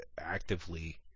actively